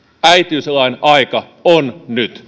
äitiyslain aika on